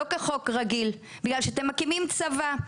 לא כחוק רגיל בגלל שאתם מקימים צבא.